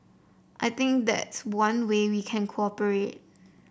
I think that's one way we can cooperate